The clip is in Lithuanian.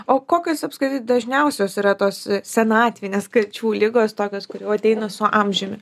o kokios apskritai dažniausios yra tos senatvinės kačių ligos tokios kur jau ateina su amžiumi